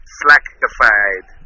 slackified